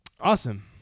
Awesome